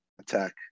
attack